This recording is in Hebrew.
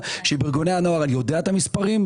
בארגוני הנוער אני יודע את המספרים,